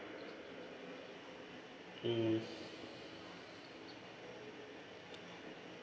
mm